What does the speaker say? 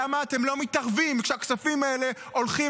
למה אתם לא מתערבים כשהכספים האלה הולכים